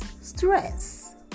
stress